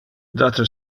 date